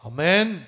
Amen